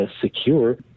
secure